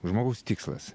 žmogaus tikslas